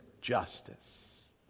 justice